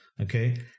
Okay